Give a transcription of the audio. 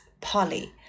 Polly